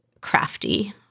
crafty